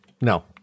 no